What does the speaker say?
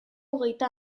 hogeita